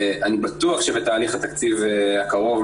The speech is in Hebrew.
אני בטוח שבתהליך התקציב הקרוב,